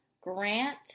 Grant